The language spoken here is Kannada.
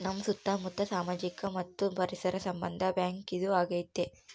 ನಮ್ ಸುತ್ತ ಮುತ್ತ ಸಾಮಾಜಿಕ ಮತ್ತು ಪರಿಸರ ಸಂಬಂಧ ಬ್ಯಾಂಕ್ ಇದು ಆಗೈತೆ